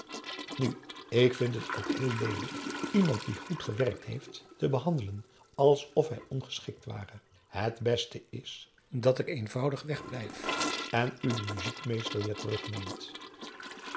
nu ik vind het ook heel leelijk iemand die goed gewerkt heeft te behandelen alsof hij ongeschikt ware het beste is dat ik eenvoudig weg blijf en u den muziekmeester wêer terugneemt